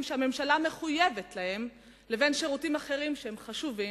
שהממשלה מחויבת להם לבין שירותים חשובים